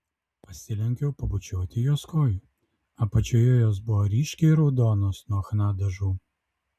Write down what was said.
pasilenkiau pabučiuoti jos kojų apačioje jos buvo ryškiai raudonos nuo chna dažų